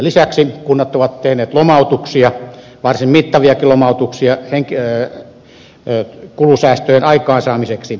lisäksi kunnat ovat tehneet lomautuksia varsin mittaviakin lomautuksia kulusäästöjen aikaansaamiseksi